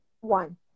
One